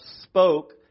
spoke